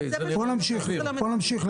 בואו נמשיך.